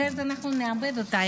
אחרת אנחנו נאבד אותה.